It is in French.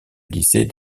lycée